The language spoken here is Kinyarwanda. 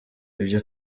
ibyo